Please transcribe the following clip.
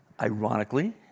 Ironically